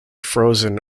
frozen